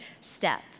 step